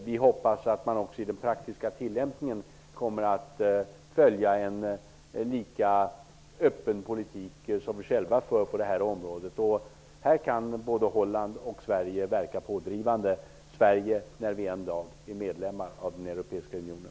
Vi hoppas att man också i den praktiska tillämpningen kommer att följa en lika öppen politik som vi själva för på detta område. Här kan både Holland och Sverige verka pådrivande -- Sverige när vi en dag blir medlemmar av den europeisk unionen.